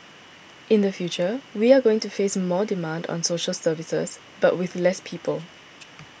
in the future we are going to face more demand on social services but with less people